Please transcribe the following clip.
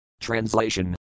Translation